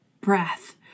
breath